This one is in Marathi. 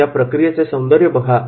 या प्रक्रियेचे सौंदर्य बघा